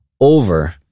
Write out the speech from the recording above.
over